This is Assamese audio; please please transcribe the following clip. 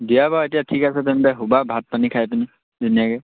দিয়া বাৰু এতিয়া ঠিক আছে তেন্তে শুবা ভাত পানী খাই পিনি ধুনীয়াকৈ